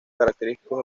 característicos